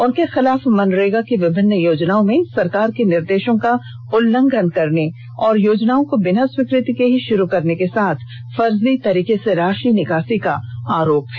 उनके खिलाफ मनरेगा की विभिन्न योजनाओं में सरकार के निर्देषों का उल्लंघन करने और योजनाओं को बिना स्वीकृति के ही शुरू करने के साथ फर्जी तरीके से राषि निकासी का आरोप है